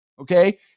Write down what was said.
okay